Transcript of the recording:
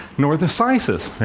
nor the sizes.